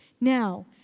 Now